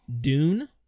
Dune